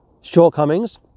shortcomings